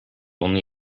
only